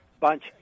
bunch